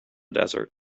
desert